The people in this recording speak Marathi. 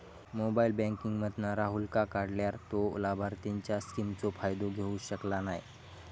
मोबाईल बॅन्किंग मधना राहूलका काढल्यार तो लाभार्थींच्या स्किमचो फायदो घेऊ शकना नाय